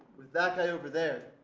that guy over there,